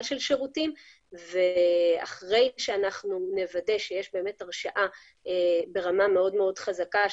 של שירותים ואחרי שאנחנו נוודא שיש באמת הרשאה ברמה מאוד מאוד חזקה,